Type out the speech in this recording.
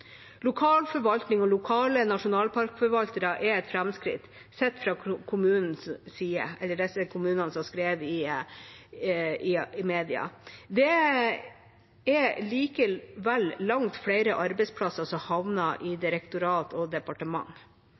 Lokal forvaltning og lokale nasjonalparkforvaltere er et framskritt sett fra de kommunenes side, som har skrevet i media. Det er likevel langt flere arbeidsplasser som havner i direktorat og departement.